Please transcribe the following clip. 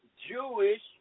Jewish